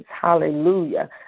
Hallelujah